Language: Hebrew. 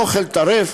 אוכל טרף?